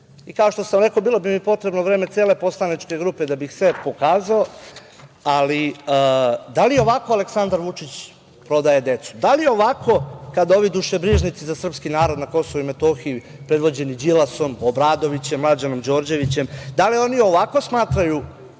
što sam rekao, bilo bi mi potrebno vreme cele poslaničke grupe da bih sve pokazao, ali da li ovako Aleksandar Vučić prodaje decu? Da li ovako, kada ovi dušebrižnici za srpski narod na Kosovu i Metohiji, predvođeni Đilasom, Obradovićem, Mlađanom Đorđevićem, smatraju